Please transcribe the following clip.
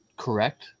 Correct